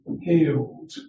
healed